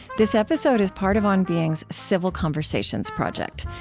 this episode is part of on being's civil conversations project,